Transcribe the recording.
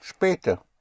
Später